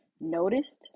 noticed